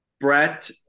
brett